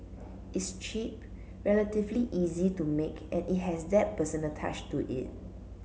it's cheap relatively easy to make and it has that personal touch to it